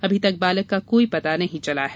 अभी तक बालक का कोई पता नहीं चला है